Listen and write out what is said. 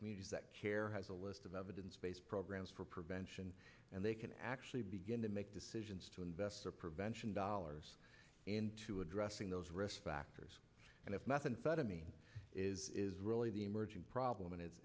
communities that care has a list of evidence based programs for prevention and they can actually begin to make decisions to invest for prevention dollars into addressing those risk factors and if math inside of me is really the emerging problem and is